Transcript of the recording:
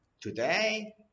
Today